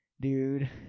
Dude